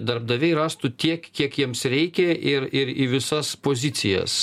darbdaviai rastų tiek kiek jiems reikia ir ir į visas pozicijas